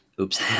oops